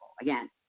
again